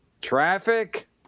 Traffic